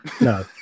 No